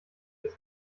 als